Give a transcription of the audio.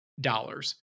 dollars